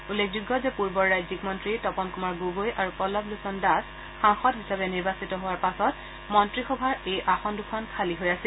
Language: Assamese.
উল্লেখযোগ্য যে পূৰ্বৰ ৰাজ্যিক মন্ত্ৰী তপন কুমাৰ গগৈ আৰু পম্লৱলোচন দাস সাংসদ হিচাপে নিৰ্বাচিত হোৱাৰ পাছত মন্ত্ৰীসভাৰ এই আসন দুখন খালী হৈ আছিল